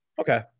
Okay